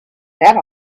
that